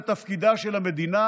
שם זה תפקידה של המדינה,